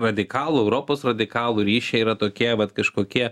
radikalų europos radikalų ryšiai yra tokie vat kažkokie